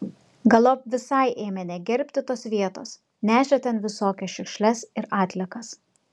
galop visai ėmė negerbti tos vietos nešė ten visokias šiukšles ir atliekas